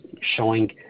showing